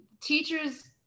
teachers